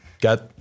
got